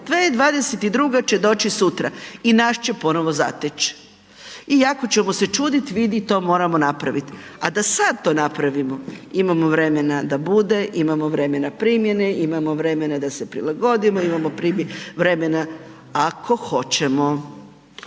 2022. će doći sutra i nas će ponovo zateć. I jako ćemo se čudit, vidi to moramo napravit. A da sad to napravimo, imamo vremena da bude, imamo vremena primjene, imamo vremena da se prilagodimo, imamo …/Govornik se